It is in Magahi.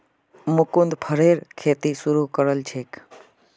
मुकुन्द फरेर खेती शुरू करल छेक